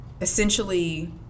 essentially